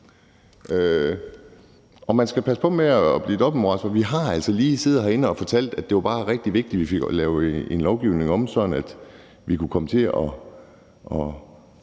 og man skal passe på med at blive dobbeltmoralsk, for vi har altså lige siddet herinde og talt om, at det bare var rigtig vigtigt, at vi fik lavet noget lovgivning om, sådan at vi kunne komme til at